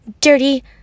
dirty